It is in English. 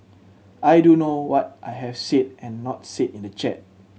I do know what I have said and not said in the chat